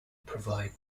provide